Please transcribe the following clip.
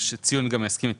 כדי שציון יסכים איתי: